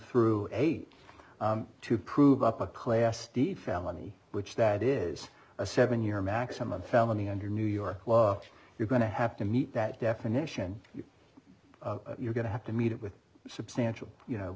through eight to prove up a class d felony which that is a seven year maximum felony under new york law you're going to have to meet that definition you're going to have to meet it with substantial you know